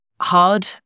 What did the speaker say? hard